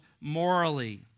morally